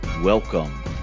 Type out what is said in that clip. Welcome